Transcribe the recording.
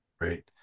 Right